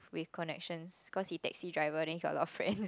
with connections cause he taxi driver then he got a lot of friends